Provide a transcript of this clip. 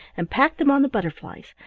and packed them on the butterflies,